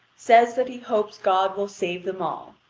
says that he hopes god will save them all.